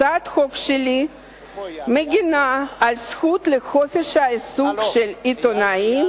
הצעת החוק שלי מגינה על הזכות לחופש העיסוק של עיתונאים